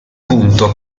punto